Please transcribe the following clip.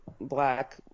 black